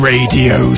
Radio